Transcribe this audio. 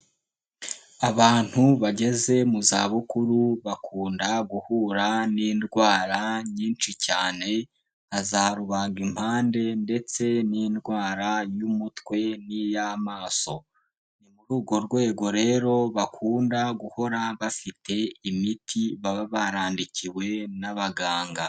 Abantu bageze mu zabukuru bakunda guhura n'indwara nyinshi cyane, nka za rubagimpande ndetse n'indwara y'umutwe n'iy'amaso, ni muri urwo rwego rero bakunda guhora bafite imiti, baba barandikiwe n'abaganga.